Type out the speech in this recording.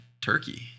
turkey